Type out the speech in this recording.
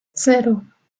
cero